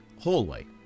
hallway